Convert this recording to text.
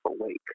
awake